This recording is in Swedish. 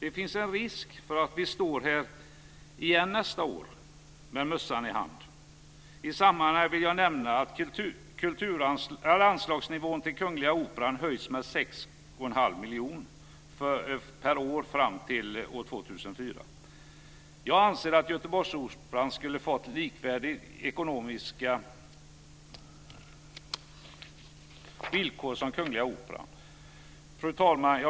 Det finns en risk för att vi står här igen nästa år - med mössan i hand. I sammanhanget vill jag nämna att anslagsnivån för Kungliga Operan höjs med 6,5 miljoner per år fram till 2004. Jag anser att Göteborgsoperan borde ha fått med Kungliga Operan likvärdiga ekonomiska villkor. Fru talman!